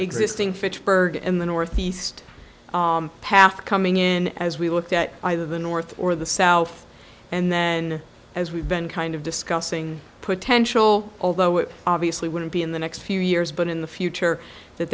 existing fitchburg in the north east path coming in as we looked at either the north or the south and then as we've been kind of discussing potential although it obviously wouldn't be in the next few years but in the future that